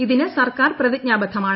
ഇതിന് സർക്കാർ പ്രതിജ്ഞാബദ്ധമാണ്